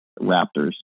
Raptors